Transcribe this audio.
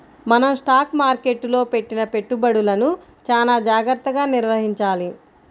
మనం స్టాక్ మార్కెట్టులో పెట్టిన పెట్టుబడులను చానా జాగర్తగా నిర్వహించాలి